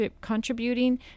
contributing